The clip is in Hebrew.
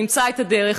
נמצא את הדרך,